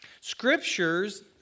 Scriptures